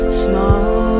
small